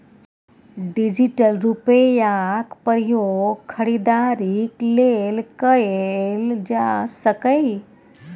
digital रुपैयाक प्रयोग खरीदारीक लेल कएल जा सकैए